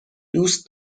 دوست